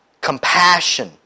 compassion